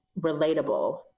relatable